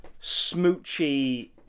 smoochy